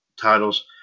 titles